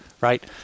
right